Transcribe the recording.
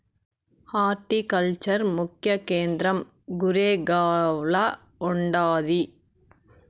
horticulture ముఖ్య కేంద్రం గురేగావ్ల ఉండాది